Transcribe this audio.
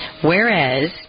Whereas